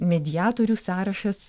mediatorių sąrašas